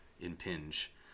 impinge